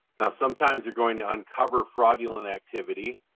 now sometimes you're going to uncover fraudulent activity.